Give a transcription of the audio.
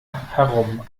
herum